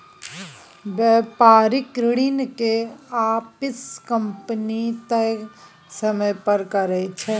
बेपारिक ऋण के आपिस कंपनी तय समय पर करै छै